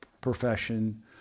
profession